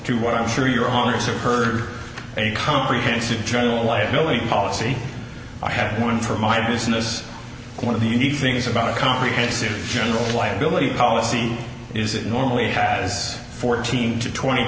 to what i'm sure your homeowners have heard a comprehensive journal liability policy i have one for my business one of the unique things about a comprehensive general liability policy is it normally has fourteen to twenty